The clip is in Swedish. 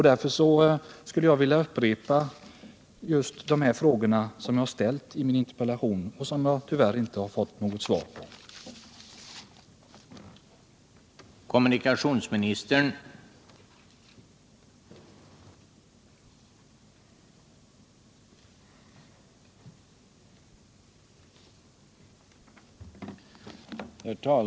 Därför vill jag upprepa de frågor som jag har ställt i min interpellation och som jag tyvärr inte har fått svar på.